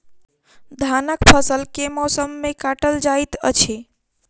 धानक फसल केँ मौसम मे काटल जाइत अछि?